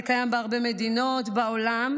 זה קיים בהרבה מדינות בעולם,